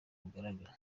bugaragara